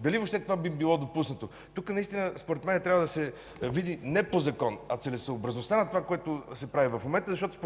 дали въобще това би било допуснато?! Тук според мен трябва да се види не по закон, а целесъобразността на това, което се прави в момента, защото